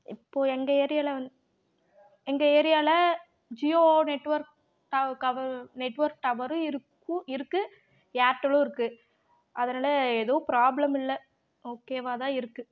இப்போது எங்கள் ஏரியாவில் வந் எங்கள் ஏரியாவில் ஜியோ நெட்வொர்க் டவ கவர் நெட்வொர்க் டவரும் இருக்கும் இருக்குது ஏர்டெல்லும் இருக்குது அதனால எதுவும் ப்ராப்ளம் இல்லை ஓகேவாகதான் இருக்குது